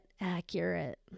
accurate